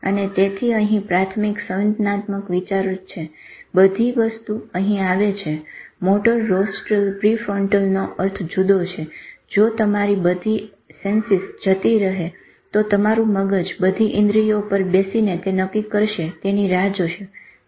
અને તેથી અહી પ્રાથમિક સંવેદનાત્મક વિસ્તારો છે બધી વસ્તુ અહી આવે છે મોટોર રોસટ્રલ પ્રીફ્રોન્ટલનો અર્થ જુદો છે જો તમારી બધી સેન્સીસ જતી રહે તો તમારું મગજ બધી ઇન્દ્રિયો પર બેસીને તે નક્કી કરશે તેની રાહ જોશે તેવું થશે નહિ